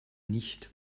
nicht